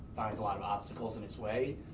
finds a lot of obstacles in its way,